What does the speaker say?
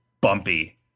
bumpy